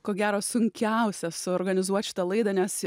ko gero sunkiausia suorganizuot šitą laidą nes